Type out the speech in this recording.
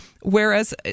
Whereas